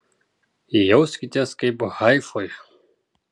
jauskitės kaip haifoj